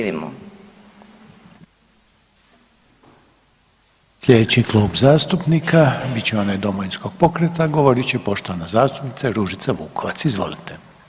Slijedeći Klub zastupnika bit će onaj Domovinskog pokreta, a govorit će poštovana zastupnica Ružica Vukovac, izvolite.